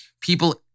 people